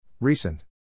Recent